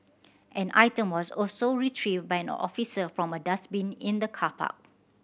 an item was also retrieved by an officer from a dustbin in the car park